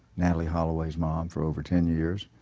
natalie holloway's mom for over ten years.